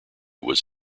was